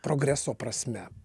progreso prasme